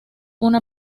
una